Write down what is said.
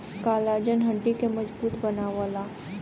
collagen हड्डी के मजबूत बनावला